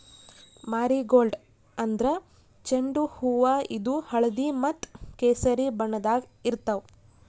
marigold ಅಂದ್ರ ಚೆಂಡು ಹೂವಾ ಇದು ಹಳ್ದಿ ಮತ್ತ್ ಕೆಸರಿ ಬಣ್ಣದಾಗ್ ಇರ್ತವ್